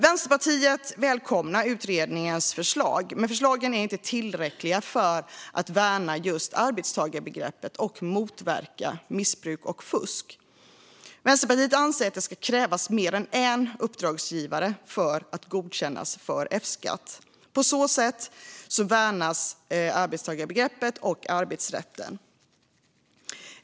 Vänsterpartiet välkomnar utredningens förslag, men förslagen är inte tillräckliga för att värna arbetstagarbegreppet och motverka missbruk och fusk. Vänsterpartiet anser att det ska krävas mer än en uppdragsgivare för att godkännas för F-skatt. På så sätt värnas arbetstagarbegreppet och arbetsrätten.